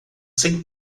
sem